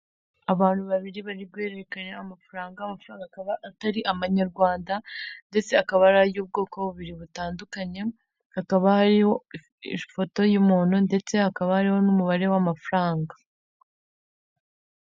Abantu babiri bari guhererekanya amafaranga, amafaranga akaba atari amanyarwanda ndetse akaba ari ay'ubwoko bubiri butandukanye, hakaba hariho ifoto y'umuntu ndetse hakaba hariho n'umubare w'amafaranga.